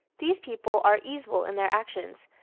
these people are easeful in their actions,